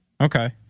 okay